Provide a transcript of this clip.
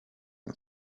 and